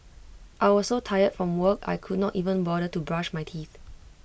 I was so tired from work I could not even bother to brush my teeth